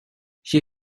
she